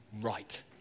right